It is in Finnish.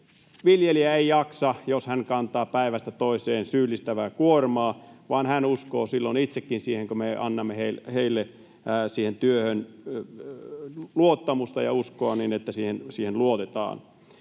Viljelijä ei jaksa, jos hän kantaa päivästä toiseen syyllistävää kuormaa, vaan silloin hän uskoo itsekin siihen, kun me annamme heille siihen työhön luottamusta ja uskoa niin, että siihen luotetaan.